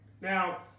Now